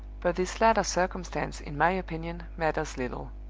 but this latter circumstance, in my opinion, matters little.